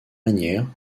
manières